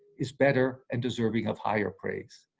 is better, and deserving of higher praise.